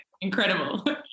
incredible